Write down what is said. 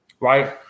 right